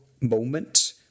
moment